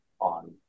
on